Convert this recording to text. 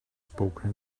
spoken